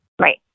right